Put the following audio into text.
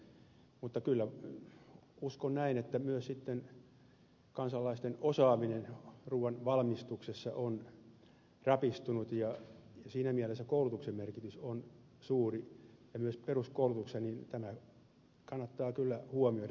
mutta uskon kyllä näin että myös kansalaisten osaaminen ruuan valmistuksessa on rapistunut ja siinä mielessä koulutuksen myös peruskoulutuksen merkitys on suuri ja tämä kannattaa kyllä huomioida